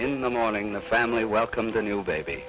in the morning the family welcomed a new baby